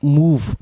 move